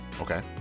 Okay